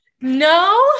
No